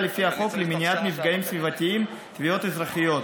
לפי החוק למניעת מפגעים סביבתיים (תביעות אזרחיות),